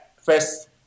first